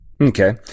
Okay